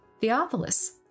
Theophilus